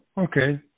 Okay